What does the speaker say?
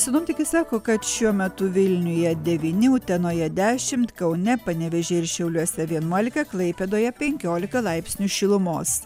sinoptikai sako kad šiuo metu vilniuje devyni utenoje dešimt kaune panevėžyje ir šiauliuose vienuolika klaipėdoje penkiolika laipsnių šilumos